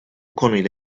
konuyla